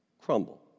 crumble